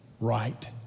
right